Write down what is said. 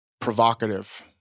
Provocative